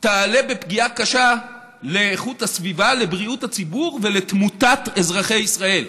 תעלה בפגיעה קשה לאיכות הסביבה ולבריאות הציבור ולתמותת אזרחי ישראל.